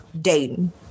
dating